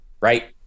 right